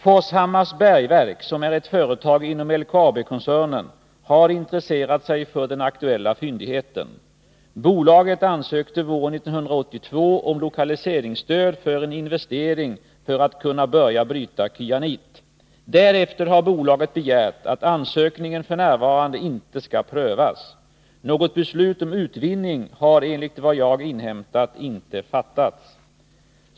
Forshammars Bergverk, som är ett företag inom LKAB-koncernen, har intresserat sig för den aktuella fyndigheten. Bolaget ansökte våren 1982 om lokaliseringsstöd för en investering för att kunna börja bryta kyanit. Därefter har bolaget begärt att ansökningen f. n. inte skall prövas. Något beslut om utvinning har enligt vad jag inhämtat inte fattats.